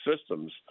systems